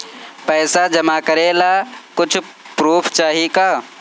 पैसा जमा करे ला कुछु पूर्फ चाहि का?